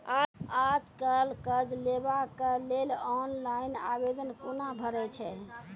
आज कल कर्ज लेवाक लेल ऑनलाइन आवेदन कूना भरै छै?